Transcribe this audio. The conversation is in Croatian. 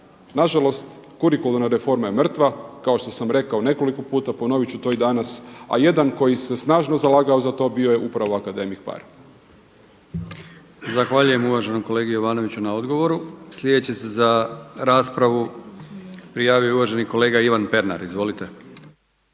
Nažalost, kurikularna reforma je mrtva, kao što sam rekao nekoliko puta, ponoviti ću to i danas a jedan koji se snažno zalagao za to bio je upravo akademik Paar. **Brkić, Milijan (HDZ)** Zahvaljujem uvaženom kolegi Jovanoviću na odgovoru. Sljedeći se za raspravu prijavio uvaženi kolega Ivan Pernar. Izvolite.